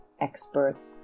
experts